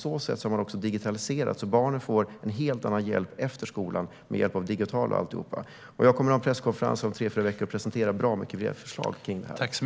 Man har också digitaliserat. Barnen får en helt annan hjälp efter skolan med hjälp av det digitala och alltihop. Jag kommer att ha en presskonferens om tre fyra veckor där jag presenterar bra mycket mer förslag om det här.